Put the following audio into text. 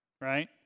right